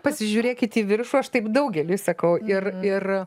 pasižiūrėkit į viršų aš taip daugeliui sakau ir ir